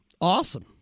Awesome